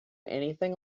anything